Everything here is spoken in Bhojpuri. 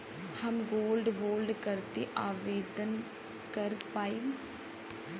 हम गोल्ड बोड करती आवेदन कर पाईब?